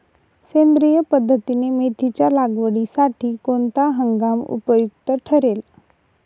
सेंद्रिय पद्धतीने मेथीच्या लागवडीसाठी कोणता हंगाम उपयुक्त ठरेल?